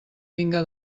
vinga